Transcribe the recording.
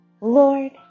Lord